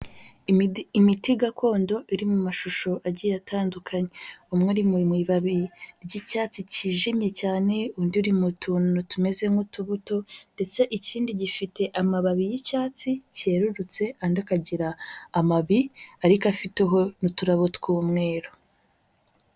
Imiti gakondo iri mu mashusho agiye atandukanye, umwe uri mu ibabi ry'icyatsi cyijimye cyane, undi uri mu tuntu tumeze nk'utubuto, ndetse ikindi gifite amababi y'icyatsi cyererutse, andi akagira amababi ariko afiteho n'uturabo tw'umweru.